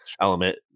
element